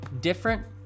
different